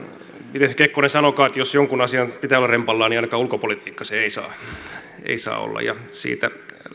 se kekkonen sanoikaan että jos jonkun asian pitää olla rempallaan niin ainakaan ulkopolitiikka se ei saa olla siitä